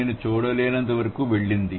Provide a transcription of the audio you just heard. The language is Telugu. నేను చూడలేనంతవరకు వెళ్ళింది